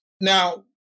Now